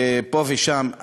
ופה ושם,